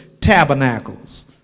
tabernacles